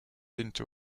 into